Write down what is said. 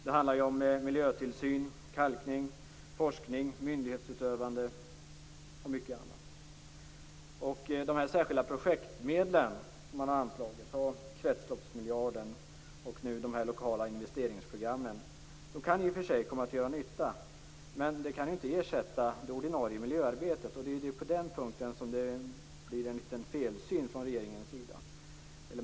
Det handlar om miljötillsyn, kalkning, forskning, myndighetsutövande och mycket annat. De särskilda projektmedlen som har anslagits ur kretsloppsmiljarden och de lokala investeringsprogrammen kan i och för sig komma att göra nytta. Men de kan inte ersätta det ordinarie miljöarbetet. Det är på den punkten som det blir en felsyn från regeringens sida.